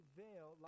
veil